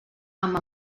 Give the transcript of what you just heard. amb